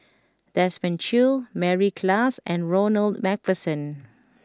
Desmond Choo Mary Klass and Ronald MacPherson